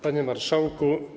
Panie Marszałku!